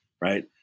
right